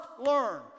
learn